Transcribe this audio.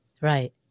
Right